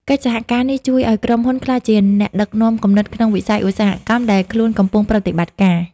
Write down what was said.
កិច្ចសហការនេះជួយឱ្យក្រុមហ៊ុនក្លាយជាអ្នកដឹកនាំគំនិតក្នុងវិស័យឧស្សាហកម្មដែលខ្លួនកំពុងប្រតិបត្តិការ។